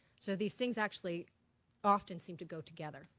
so these things actually often seem to go together.